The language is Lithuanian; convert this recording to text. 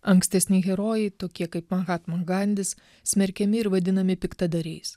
ankstesni herojai tokie kaip mahatma gandis smerkiami ir vadinami piktadariais